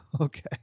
Okay